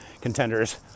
contenders